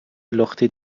لختی